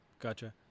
Gotcha